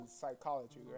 psychology